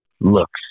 looks